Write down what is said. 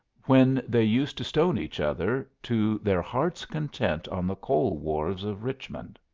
when they used to stone each other to their heart's content on the coal-wharves of richmond.